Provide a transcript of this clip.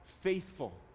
faithful